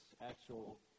actual